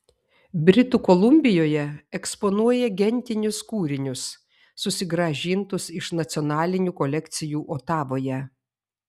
britų kolumbijoje eksponuoja gentinius kūrinius susigrąžintus iš nacionalinių kolekcijų otavoje